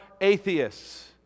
atheists